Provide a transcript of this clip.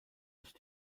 ist